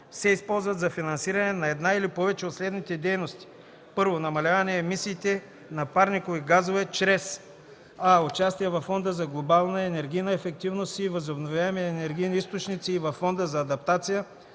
се използват за финансиране на една или повече от следните дейности: 1. намаляване емисиите на парникови газове чрез: а) участие във Фонда за глобална енергийна ефективност и възобновяеми енергийни източници и във Фонда за адаптация,